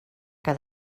que